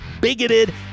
bigoted